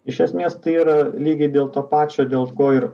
iš esmės tai yra lygiai dėl to pačio dėl ko ir